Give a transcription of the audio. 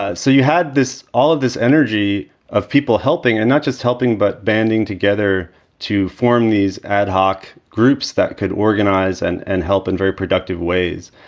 ah so you had this all of this energy of people helping and not just helping, but banding together to form these ad hoc groups that could organize and and help in very productive ways.